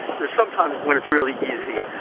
there are some times when it's really easy,